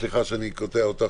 סליחה שאני קוטע אותך